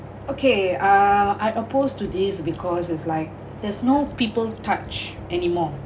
okay uh I opposed to this because it's like there's no people touch anymore